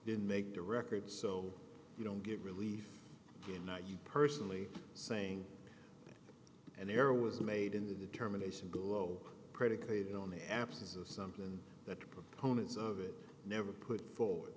didn't make the record so you don't get relief not you personally saying an error was made in the determination glow predicated on the absence of something that the proponents of it never put forward